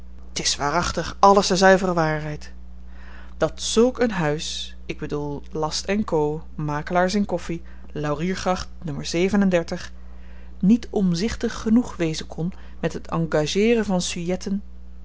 t is waarachtig alles de zuivere waarheid dat zulk een huis ik bedoel last co makelaars in koffi lauriergracht n niet omzichtig genoeg wezen kon met het engageeren van